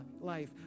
life